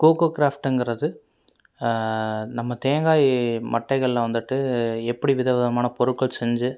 cocoa கிராஃப்ட்டுங்கிறது நம்ம தேங்காய் மட்டைகளில் வந்துட்டு எப்படி விதவிதமான பொருட்கள் செஞ்சு